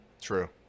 True